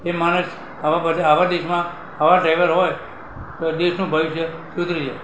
એ માણસ આવા બધા આવા દેશમાં આવા ડ્રાઈવર હોય તો દેશનું ભવિષ્ય સુધરી જાય